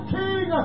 king